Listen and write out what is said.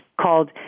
called